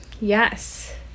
Yes